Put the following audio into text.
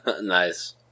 Nice